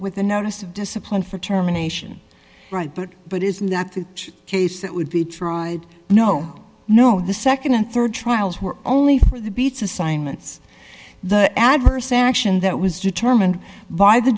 with the notice of discipline for terminations right but it is not the case that would be tried no no the nd and rd trials were only for the beats assignments the adverse action that was determined by the